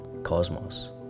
Cosmos